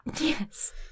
Yes